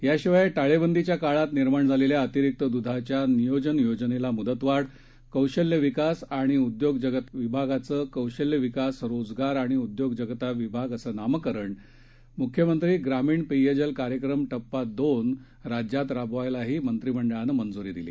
याशिवाय टाळेबंदीच्या काळात निर्माण झालेल्या अतिरिक्त द्दधाच्या नियोजन योजनेला मुदतवाढ कौशल्यविकास आणि उदयोजगता विभागाचं कौशल्य विकास रोजगार आणि उदयोजगता विभाग असं नामकरण मुख्यमंत्री ग्रामीण पेयजल कार्यक्रम टप्पा दोन राज्यात राबवायलाही मंत्रिमंडळानं मंजूरी दिली